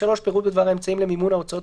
(3) פירוט בדבר האמצעים למימון ההוצאות